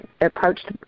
approached